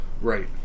Right